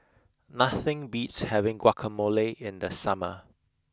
nothing beats having guacamole in the summer